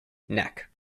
neck